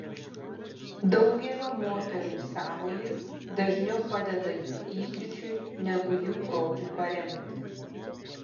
daugelio moterų sąmojis dažniau padeda jų įsiūčiui negu jų protui paremti